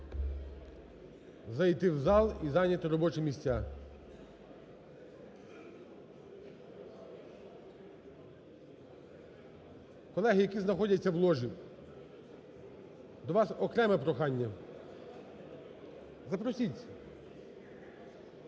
Зайти в зал і зайняти робочі місця. Колеги, які знаходяться в лоджії, до вас окреме прохання. Запросіть…